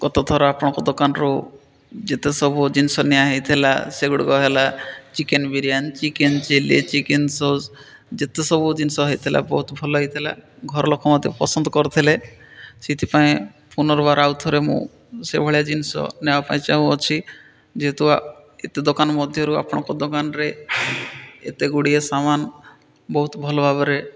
ଗତଥର ଆପଣଙ୍କ ଦୋକାନରୁ ଯେତେ ସବୁ ଜିନିଷ ନିଆ ହେଇଥିଲା ସେଗୁଡ଼ିକ ହେଲା chicken biryani chicken chilli chicken sauce ଯେତେ ସବୁ ଜିନିଷ ହେଇଥିଲା ବହୁତ ଭଲ ହେଇଥିଲା ଘରଲୋକ ମଧ୍ୟତ ପସନ୍ଦ କରଥିଲେ ସେଥିପାଇଁ ପୁନର୍ବାର ରା ଆଉ ଥରେ ମୁଁ ସେଭଳିଆ ଜିନିଷ ନେବା ପାଇଁ ଚାହୁଁଅଛି ଯେହେତୁ ଏତେ ଦୋକାନ ମଧ୍ୟରୁ ଆପଣଙ୍କ ଦୋକାନରେ ଏତେଗୁଡ଼ିଏ ସାମାନ ବହୁତ ଭଲ ଭାବରେ